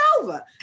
over